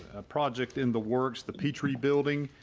a project in the works the petri building.